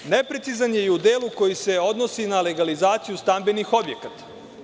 Zakon je neprecizan i u delu koji se odnosi na legalizaciju stambenih objekata.